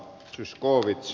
zyskowicz